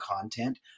content